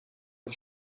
och